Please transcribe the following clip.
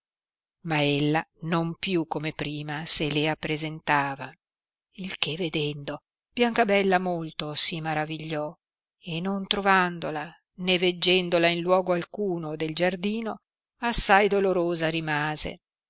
ma ella non più come prima se le appresentava il che vedendo biancabella molto si maravigliò e non trovandola né veggendola in luogo alcuno del giardino assai dolorosa rimase